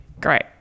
Great